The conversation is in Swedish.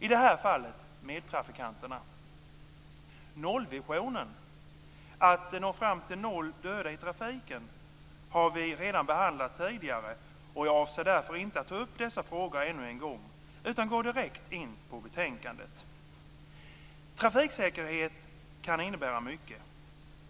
i det här fallet medtrafikanterna. Nollvisionen, att nå fram till noll döda i trafiken, har vi redan behandlat, och jag avser därför inte att ta upp dessa frågor ännu en gång utan går direkt in på betänkandet. Trafiksäkerhet kan innebära mycket.